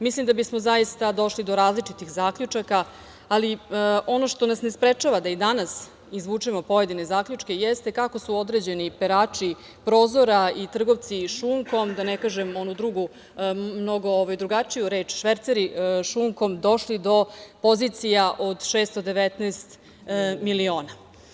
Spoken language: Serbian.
Mislim da bismo zaista došli do različitih zaključaka, ali ono što nas ne sprečava da i danas izvučemo pojedine zaključke jeste kako su određeni perači prozora i trgovci šunkom, da ne kažem onu drugu mnogu drugačiju reč - šverceri šunkom, došli do pozicija od 619 miliona.